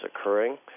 occurring